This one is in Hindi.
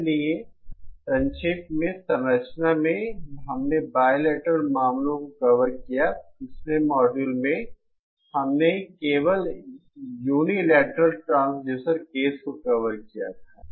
इसलिए संक्षेप में संरचना में हमने बाइलेटरल मामलों को कवर किया पिछले मॉड्यूल में हमने केवल यूनिलैटरल ट्रांसड्यूसर केस को कवर किया था